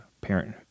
parent